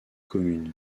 communes